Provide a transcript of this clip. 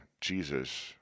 Jesus